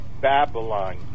Babylon